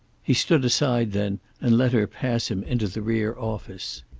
he stood aside then and let her pass him into the rear office.